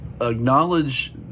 acknowledge